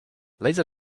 laser